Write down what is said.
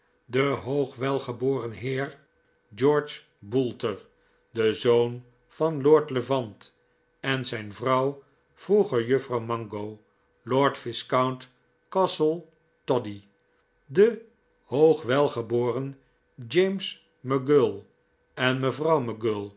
de hoogwelgeboren heer george boulter de zoon van lord levant en zijn vrouw vroeger juffrouw mango lord viscount castletoddy de hoogwelgeboren james mc mull en mevrouw